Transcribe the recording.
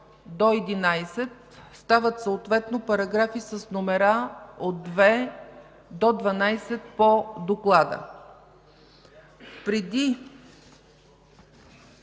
до 11 стават съответно параграфи с номера от 2 до 12 по доклада.